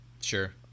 Sure